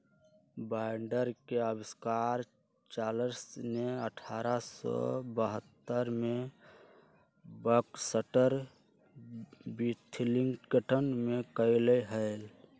binder के आविष्कार Charles ने अठारह सौ बहत्तर में बैक्सटर विथिंगटन में कइले हल